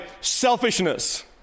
selfishness